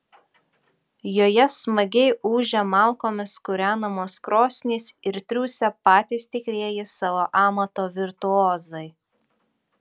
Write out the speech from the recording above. joje smagiai ūžia malkomis kūrenamos krosnys ir triūsia patys tikrieji savo amato virtuozai